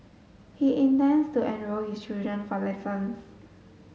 he intends to enrol his children for lessons